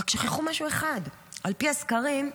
רק שכחו משהו אחד: על פי הסקרים,